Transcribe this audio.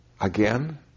again